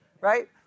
Right